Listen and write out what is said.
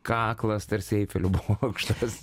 kaklas tarsi eifelio bokštas